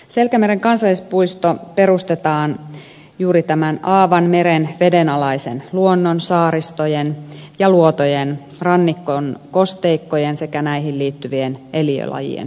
selkämeren kansallispuisto perustetaan juuri tämän aavan meren vedenalaisen luonnon saaristojen ja luotojen rannikon kosteikkojen sekä näihin liittyvien eliölajien suojelemiseksi